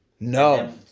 No